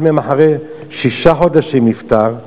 אחד אחרי שישה חודשים נפטר.